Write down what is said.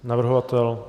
Navrhovatel?